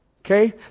Okay